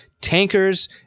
tankers